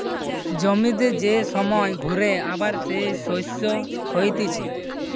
জমিতে যে সময় ঘুরে আবার যে শস্য হতিছে